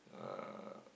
uh